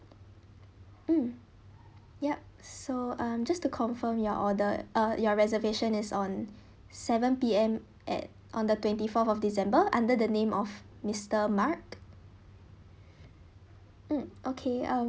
um yup so um just to confirm your order uh your reservation is on seven P_M at on the twenty fourth of december under the name of mister mark mm okay I'm